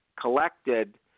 collected